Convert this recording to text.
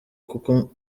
kuko